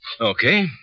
Okay